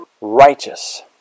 Righteous